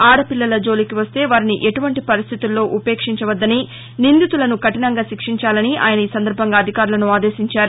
ఆడపిల్లల జోలికి వస్తే వారిని ఎటువంటి పరిస్థితులలో ఉపేక్షించవద్దని నిందుతులను కఠినంగా శిక్షించాలని ఆయన ఈ సందర్భంగా అధికారులను ఆదేశించారు